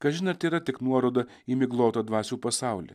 kažin ar tai yra tik nuoroda į miglotą dvasių pasaulį